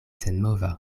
senmova